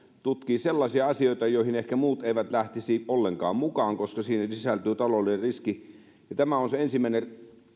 tutkii sellaisia asioita joihin muut eivät ehkä lähtisi ollenkaan mukaan koska siihen sisältyy taloudellinen riski tämä on mielestäni se ensimmäinen